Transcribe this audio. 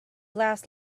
laughs